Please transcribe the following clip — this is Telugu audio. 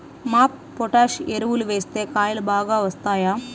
మాప్ పొటాష్ ఎరువులు వేస్తే కాయలు బాగా వస్తాయా?